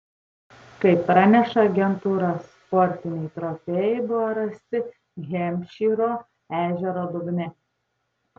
kaip praneša agentūra sportiniai trofėjai buvo rasti hempšyro ežero dugne